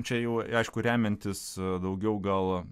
čia jau aišku remiantis daugiau gal